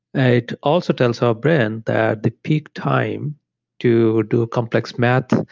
it also tells our brain that the peak time to do complex math,